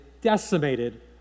decimated